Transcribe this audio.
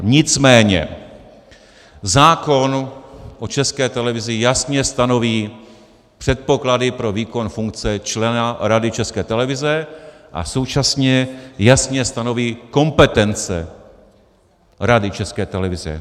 Nicméně zákon o České televizi jasně stanoví předpoklady pro výkon funkce člena Rady České televize a současně jasně stanoví kompetence Rady České televize.